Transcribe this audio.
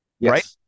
right